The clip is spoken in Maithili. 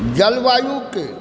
जलवायुके